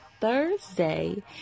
Thursday